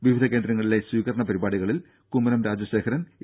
വിവിധ കേന്ദ്രങ്ങളിലെ സ്വീകരണ പരിപാടിയിൽ കുമ്മനം രാജശേഖരൻ എ